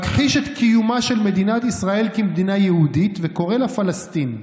מכחיש את קיומה של מדינת ישראל כמדינה יהודית וקורא לה "פלסטין".